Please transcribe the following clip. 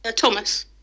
Thomas